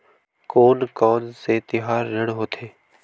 कोन कौन से तिहार ऋण होथे?